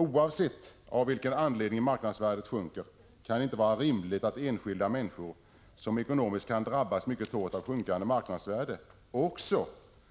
Oavsett av vilken anledning marknadsvärdet sjunker kan det inte vara rimligt att enskilda människor som ekonomiskt kan drabbas mycket hårt av sjunkande marknadsvärde också